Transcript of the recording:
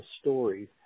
stories